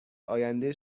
آینده